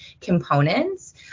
components